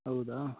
ಹೌದಾ